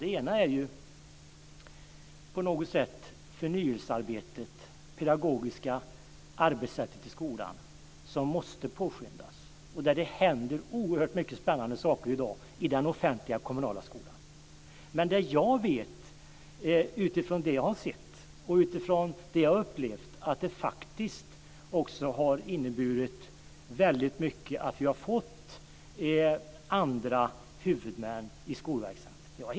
Det ena är förnyelsearbetet, det pedagogiska arbetssättet i skolan som måste påskyndas. Det händer ju oerhört många spännande saker i dag i den offentliga kommunala skolan. Men såvitt jag vet, utifrån det som jag har sett och utifrån det som jag har upplevt, har det också inneburit väldigt mycket att vi har fått andra huvudmän i skolverksamheten.